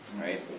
right